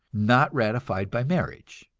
not ratified by marriage.